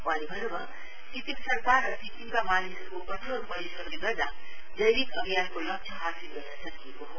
वहाँले भन्नुभयो सिक्किम सरकार र सिक्किमका मानिसहरूको कठोर परिश्रमले गर्दा जैविक अभियानको लक्ष्य हासिल गर्न सकिएको हो